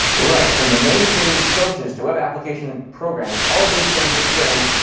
right, in the mainstream approaches to web application programming, all of these things are strings.